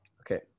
Okay